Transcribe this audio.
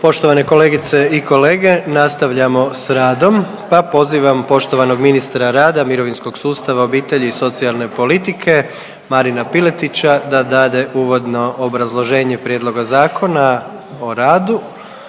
Poštovane kolegice i kolege, nastavljamo s radom, pa pozivam poštovanog ministra rada, mirovinskog sustava, obitelji i socijalne politike Marina Piletića da dade uvodno obrazloženje prijedloga Zakona o radu.